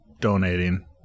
donating